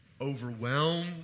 Overwhelmed